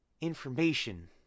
information